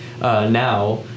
now